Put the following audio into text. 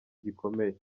gikomeye